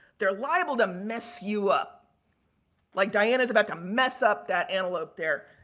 they're liable to mess you up like diana's about to mess up that antelope there.